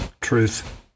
Truth